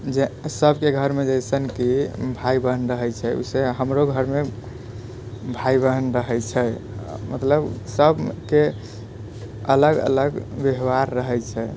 जे सभके घरमे जइसन कि भाय बहन रहैत छै ओहिसँ हमरो घरमे भाय बहन रहैत छै मतलब सभके अलग अलग व्यवहार रहैत छै